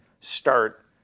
start